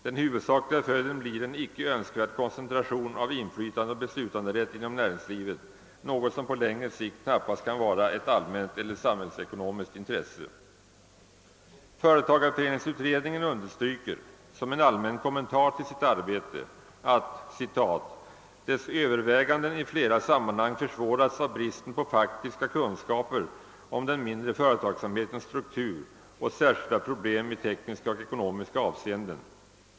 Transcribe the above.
Den huvudsakliga följden blir en icke önskvärd koncentration av inflytande och beslutanderätt inom näringslivet, något som på längre sikt knappast kan vara ett allmänt eller samhällsekonomiskt intresse. Företagareföreningsutredningen understryker som en allmän kommentar till sitt arbete att dess överväganden i flera sammanhang försvårats av bristen på faktiska kunskaper om den mindre företagsamhetens struktur och särskilda problem i tekniska och ekonomiska avseenden.